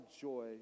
joy